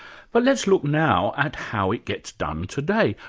but let's look now at how it gets done today.